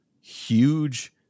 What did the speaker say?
huge